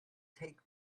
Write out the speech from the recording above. take